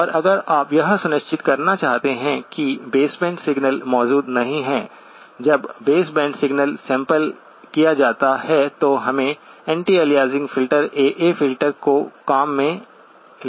और अगर आप यह सुनिश्चित करना चाहते हैं कि बेस बैंड सिग्नल मौजूद नहीं है जब बेस बैंड सिग्नल सैंपल किया जाता है तो हमें anti aliasing filter AA filter को काम में लगाना होगा